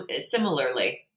similarly